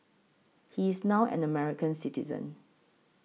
he is now an American citizen